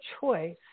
choice